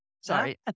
sorry